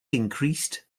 increased